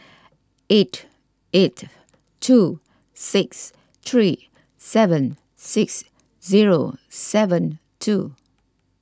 eight eight two six three seven six zero seven two